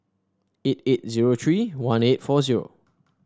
eight eight zero three one eight four zero